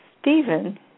Stephen